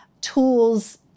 tools